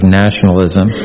nationalism